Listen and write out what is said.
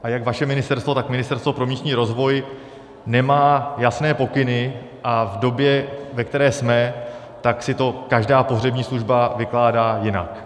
A jak vaše ministerstvo, tak Ministerstvo pro místní rozvoj nemá jasné pokyny a v době, ve které jsme, tak si to každá pohřební služba vykládá jinak.